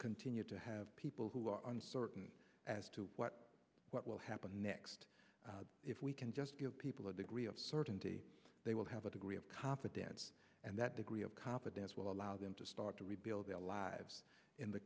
continue to have people who are uncertain as to what will happen next if we can just give people a degree of certainty they will have a degree of confidence and that degree of competence will allow them to start to rebuild their lives in the